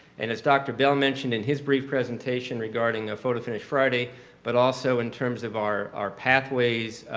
and as dr. bell mentioned in his brief presentation regarding a photo finish friday but also in terms of our our pathways